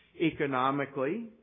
economically